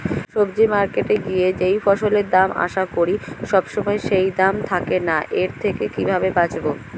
সবজি মার্কেটে গিয়ে যেই ফসলের দাম আশা করি সবসময় সেই দাম থাকে না এর থেকে কিভাবে বাঁচাবো?